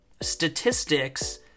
statistics